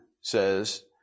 says